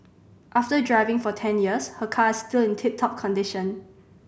after driving for ten years her car is still in tip top condition